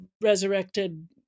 resurrected